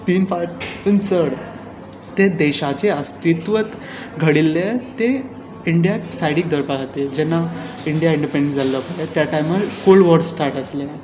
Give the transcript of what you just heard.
कून चड ते देशाचें अस्तित्वच घडिल्लें तें इंडियाक सायडीक दवरचे खातीर जेन्ना इंडिया इन्डिपॅंडण्ट जाल्लो पळय त्या टायमार कोल्ड वॉर स्टार्ट आसलें